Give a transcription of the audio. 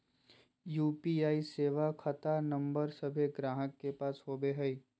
UPI सेवा खता नंबर सभे गाहक के पास होबो हइ